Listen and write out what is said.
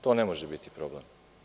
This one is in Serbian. To ne može biti problem.